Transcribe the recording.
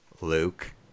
Luke